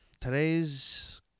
today's